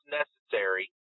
necessary